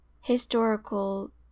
historical